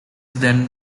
then